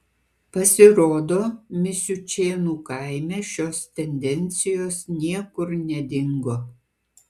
pasirodo misiučėnų kaime šios tendencijos niekur nedingo